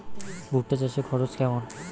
ভুট্টা চাষে খরচ কেমন?